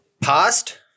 past